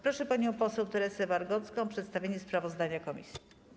Proszę panią poseł Teresę Wargocką o przedstawienie sprawozdania komisji.